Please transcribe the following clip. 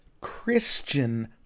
Christian